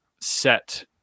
set